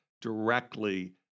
directly